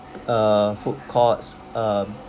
uh food courts um